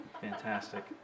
fantastic